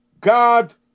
God